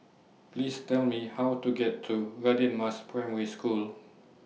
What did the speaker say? Please Tell Me How to get to Radin Mas Primary School